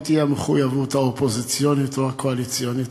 מה תהיה המחויבות האופוזיציונית או הקואליציונית.